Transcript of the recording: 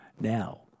now